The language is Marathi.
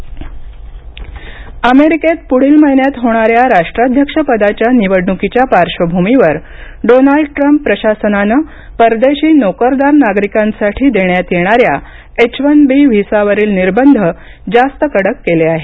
एच वन व्हिसा अमेरिकेत पुढील महिन्यात होणाऱ्या राष्ट्राध्यक्ष पदाच्या निवडणुकीच्या पार्श्वभूमीवर डोनाल्ड ट्रम्प प्रशासनाने परदेशी नोकरदार नागरिकांसाठी देण्यात येणाऱ्या एचवन बी व्हिसा वरील निर्बंध जास्त कडक केले आहेत